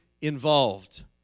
involved